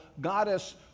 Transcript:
goddess